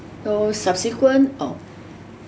so subsequent uh